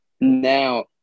now